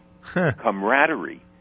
camaraderie